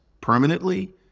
permanently